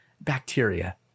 bacteria